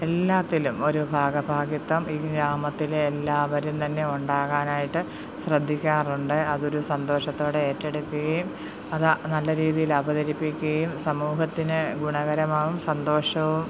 എല്ലാത്തിലും ഒരു ഭാഗ ഭാഗിത്തം ഈ ഗ്രാമത്തിലെ എല്ലാവരിൽ നിന്ന് തന്നെ ഉണ്ടാക്കാനായിട്ട് ശ്രദ്ദിക്കാറുണ്ട് അതൊരു സന്തോഷത്തോടെ ഏറ്റെടുക്കുകയും അത് നല്ല രീതിയിൽ അവതരിപ്പിക്കുകയും സമൂഹത്തിന് ഗുണകരമാവും സന്തോഷവും